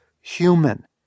human